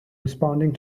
responding